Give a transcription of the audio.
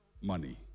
money